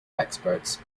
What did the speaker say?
experts